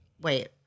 Wait